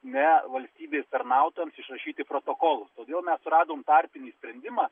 ne valstybės tarnautojams išrašyti protokolus daugiau mes radome tarpinį sprendimą